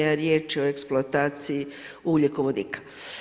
Riječ je o eksploataciji ugljikovodika.